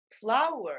flower